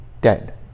dead